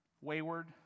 wayward